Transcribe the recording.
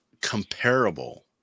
comparable